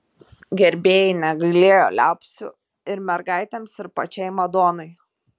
gerbėjai negailėjo liaupsių ir mergaitėms ir pačiai madonai